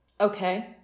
Okay